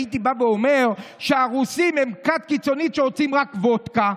הייתי בא ואומר שהרוסים הם כת קיצונית שרוצים רק וודקה,